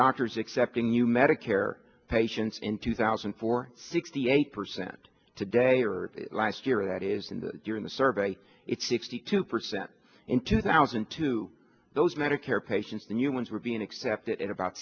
doctors accepting new medicare patients in two thousand and four sixty eight percent today or last year that is in the year in the survey it's sixty two percent in two thousand and two those medicare patients new ones were being accepted at about